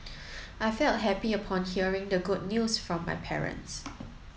I felt happy upon hearing the good news from my parents